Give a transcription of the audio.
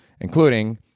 including